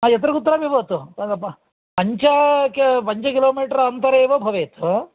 हा यत्र कुत्रापि भवतु पञ्च पञ्चकिलोमीटर् अन्तरे एव भवेत्